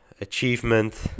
achievement